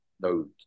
no